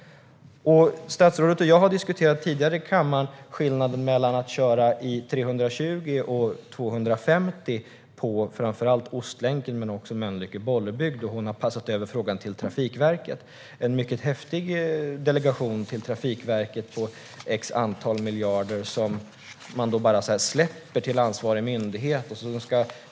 Statsrådet och jag har tidigare i kammaren diskuterat skillnaden mellan att köra i 320 och i 250, framför allt på Ostlänken men också på sträckan Mölnlycke-Bollebygd. Hon har då passat över frågan till Trafikverket. Det är en mycket häftig delegation till Trafikverket på x miljarder som man bara släpper till ansvarig myndighet.